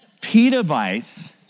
Petabytes